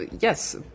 yes